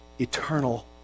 eternal